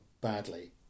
badly